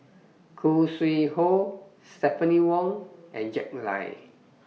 Khoo Sui Hoe Stephanie Wong and Jack Lai